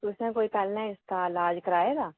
तुसे पैहलें कोई इसदा इलाज करवाए दा ऐ